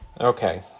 Okay